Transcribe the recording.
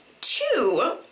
two